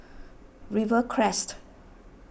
Rivercrest